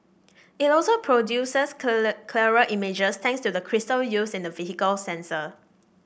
it also produces clear clearer images thanks to the crystal used in the vehicle's sensor